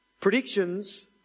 predictions